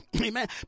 Amen